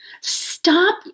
stop